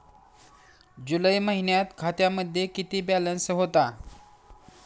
जुलै महिन्यात खात्यामध्ये किती बॅलन्स होता?